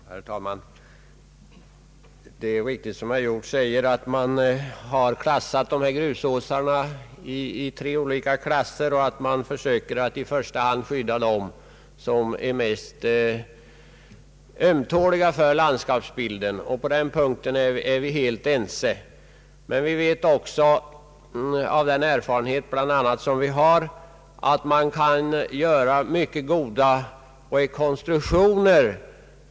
Herr talman! Det är riktigt som herr Hjorth säger att man har indelat grusåsarna i tre olika klasser och att man i första hand försöker skydda dem som är mest ömtåliga i landskapsbilden. På denna punkt är vi helt ense. Men vi vet också av erfarenhet att man kan göra mycket goda rekonstruktioner.